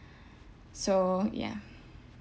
so ya